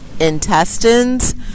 intestines